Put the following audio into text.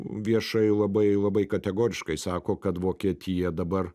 viešai labai labai kategoriškai sako kad vokietija dabar